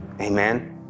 Amen